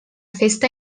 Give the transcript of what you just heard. festa